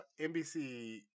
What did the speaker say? NBC